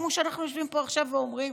כמו שאנחנו יושבים פה עכשיו ואומרים?